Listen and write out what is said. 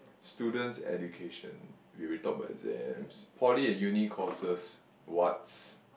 students' education we already talk about exams poly and uni courses what's